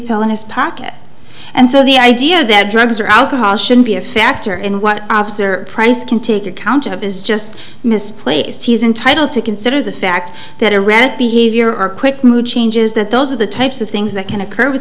pill in his pocket and so the idea that drugs or alcohol should be a factor in what officer price can take account of is just misplaced he's entitled to consider the fact that a rat behavior or quick mood changes that those are the types of things that can occur with